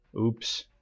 Oops